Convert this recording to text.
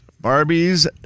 Barbie's